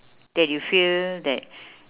that you feel that